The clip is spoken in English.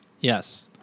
yes